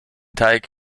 teig